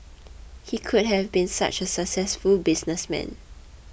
he could have been such a successful businessman